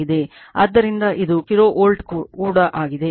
ಆದ್ದರಿಂದ ಇದು ಕಿಲೋವೋಲ್ಟ್ ಕೂಡ ಆಗಿದೆ